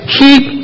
keep